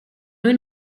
lui